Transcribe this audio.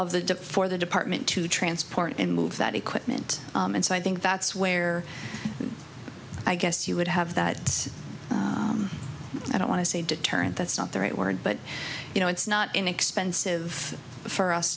of the for the department to transport and move that equipment and so i think that's where i guess you would have that i don't want to say deterrent that's not the right word but you know it's not inexpensive for us